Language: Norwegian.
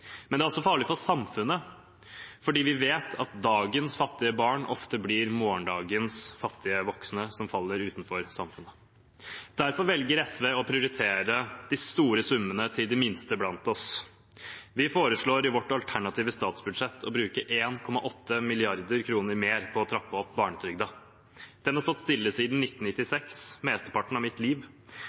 Men det er også farlig for samfunnet, for vi vet at dagens fattige barn ofte blir morgendagens fattige voksne, som faller utenfor samfunnet. Derfor velger SV å prioritere de store summene til de minste blant oss. Vi foreslår i vårt alternative statsbudsjett å bruke 1,8 mrd. kr mer på å trappe opp barnetrygden. Den har stått stille siden 1996 – mesteparten av mitt liv.